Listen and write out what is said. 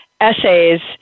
essays